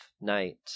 night